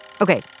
Okay